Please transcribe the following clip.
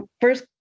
first